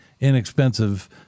inexpensive